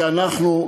שאנחנו,